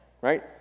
right